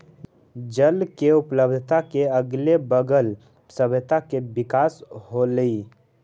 जल के उपलब्धता के अगले बगल सभ्यता के विकास होलइ